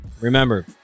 Remember